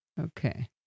Okay